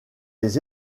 les